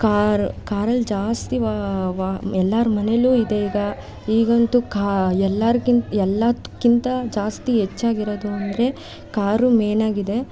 car ಕಾರಲ್ಲಿ ಜಾಸ್ತಿ ವಾ ವ ಎಲ್ಲರ ಮನೆಯಲ್ಲೂ ಇದೆ ಈಗ ಈಗಂತೂ ಕಾ ಎಲ್ಲರಿಗಿಂತ ಎಲ್ಲದಕ್ಕಿಂತ ಜಾಸ್ತಿ ಹೆಚ್ಚಾಗಿರೋದು ಅಂದರೆ ಕಾರು ಮೇಯ್ನಾಗಿದೆ